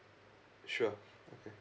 sure okay